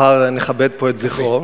מחר נכבד פה את זכרו.